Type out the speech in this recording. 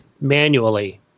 manually